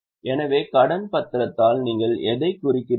எனவே கடன் பத்திரத்தால் நீங்கள் எதைக் குறிக்கிறீர்கள்